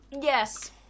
Yes